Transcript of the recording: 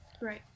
Right